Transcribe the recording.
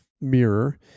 mirror